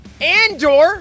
Andor